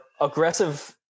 aggressive